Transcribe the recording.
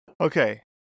Okay